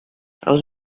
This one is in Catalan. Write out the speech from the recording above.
els